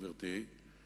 גברתי,